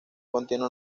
contiene